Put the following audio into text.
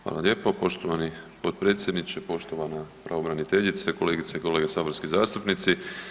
Hvala lijepo poštovani potpredsjedniče, poštovana pravobraniteljice, kolegice i kolege saborski zastupnici.